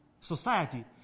society